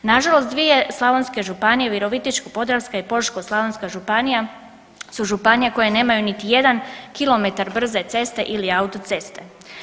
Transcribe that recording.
Nažalost dvije slavonske županije Virovitičko-podravska i Požeško-slavonska županija su županije koje nemaju niti jedan kilometar brze ceste ili autoceste.